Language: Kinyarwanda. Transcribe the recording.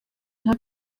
nka